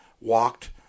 walked